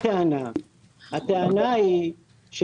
מאפשר הקצאות לצד ג', מאפשר את זה שאני